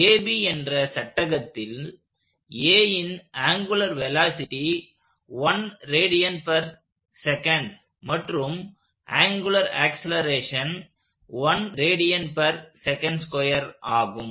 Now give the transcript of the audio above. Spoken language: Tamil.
AB என்ற சட்டகத்தில் Aன் ஆங்குலர் வெலாசிட்டி மற்றும் ஆங்குலர் ஆக்சலேரேஷன் ஆகும்